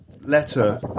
letter